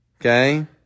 Okay